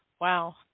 Wow